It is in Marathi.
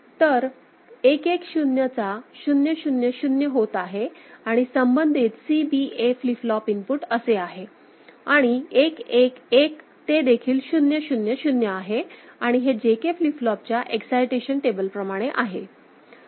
तर 1 1 0 चा 0 0 0 होत आहे आणि संबंधित CBA फ्लिप फ्लॉप इनपुट असे आहेत आणि 1 1 1 ते देखील 0 0 0 आहे आणि हे J K फ्लिप फ्लॉपच्या एक्सायटेशनटेबल प्रमाणे आहे